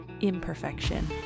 imperfection